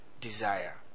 Desire